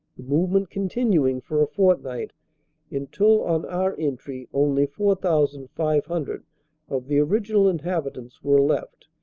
the movement continuing for a fortnight until on our entry only four thousand five hundred of the original inhabitants were left,